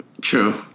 True